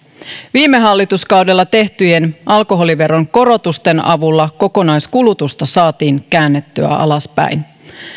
viime hallituskaudella tehtyjen alkoholiveron korotusten avulla kokonaiskulutusta saatiin käännettyä alaspäin